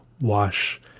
Wash